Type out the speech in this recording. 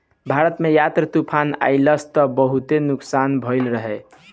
भारत में यास तूफ़ान अइलस त बहुते नुकसान भइल रहे